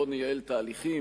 בואו נייעל את ההליכים,